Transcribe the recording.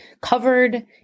covered